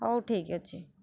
ହଉ ଠିକ୍ ଅଛି